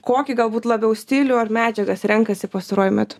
kokį galbūt labiau stilių ar medžiagas renkasi pastaruoju metu